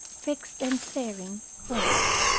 fixed and staring, closed.